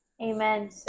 Amen